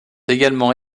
également